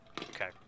Okay